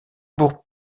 bourg